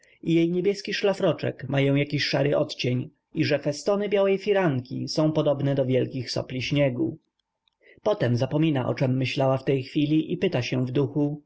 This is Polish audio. jej niebieski szlafroczek mają jakiś szary odcień i że festony białej firanki są podobne do wielkich sopli śniegu potem zapomina o czem myślała w tej chwili i pyta się w duchu